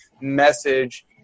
message